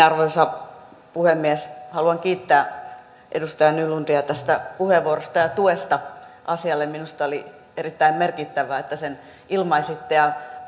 arvoisa puhemies haluan kiittää edustaja nylundia tästä puheenvuorosta ja tuesta asialle minusta oli erittäin merkittävää että sen ilmaisitte